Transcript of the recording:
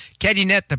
Calinette